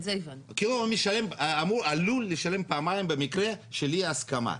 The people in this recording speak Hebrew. כי הוא משלם, עלול לשלם פעמיים במקרה של אי הסכמה.